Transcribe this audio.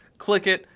click it.